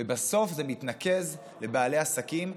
ובסוף זה מתנקז לבעלי העסקים,